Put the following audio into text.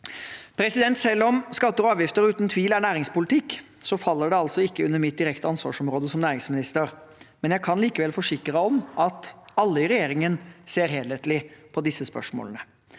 økonomien. Selv om skatter og avgifter uten tvil er næringspolitikk, faller det ikke under mitt direkte ansvarsområde som næringsminister, men jeg kan likevel forsikre om at alle i regjeringen ser helhetlig på disse spørsmålene.